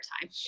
time